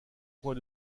point